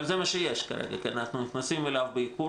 אבל זה מה שיש כרגע כי אנחנו נכנסים אליו באיחור.